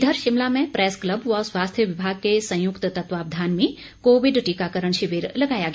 इधर शिमला में press club व स्वास्थ्य विभाग के संयुक्त तत्वावधान में कोविड टीकाकरण शिविर लगाया गया